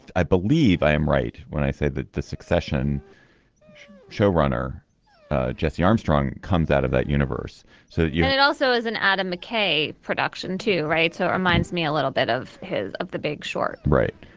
i believe i am right when i said that the succession should show runner jesse armstrong comes out of that universe so yeah it also is an adam mckay production to writer so reminds me a little bit of his of the big short right.